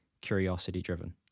curiosity-driven